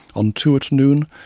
on two at noon,